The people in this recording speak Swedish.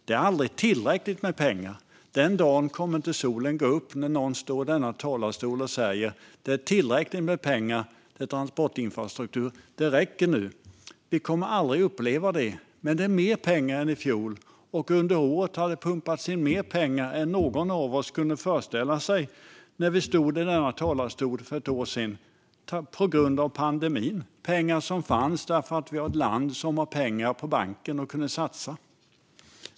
Det är aldrig tillräckligt med pengar. Den dagen kommer inte solen att gå upp när någon står i denna talarstol och säger att det är tillräckligt med pengar för transportinfrastruktur, det räcker nu! Vi kommer aldrig att få uppleva det. Men i den budget vi nu diskuterar är det mer pengar än i fjol, och under året har det på grund av pandemin pumpats in mer pengar än någon av oss kunde föreställa sig när vi för ett år sedan stod i denna talarstol. Det var pengar som fanns, för vi är ett land som har pengar på banken som vi kan satsa.